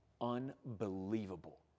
Unbelievable